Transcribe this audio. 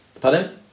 pardon